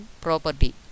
property